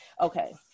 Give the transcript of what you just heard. Okay